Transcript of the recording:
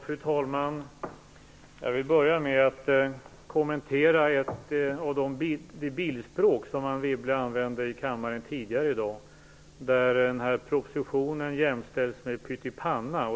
Fru talman! Jag vill börja med att kommentera en del av det bildspråk som Anne Wibble använde i kammaren tidigare i dag. Propositionen jämställdes med pyttipanna.